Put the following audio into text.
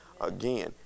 Again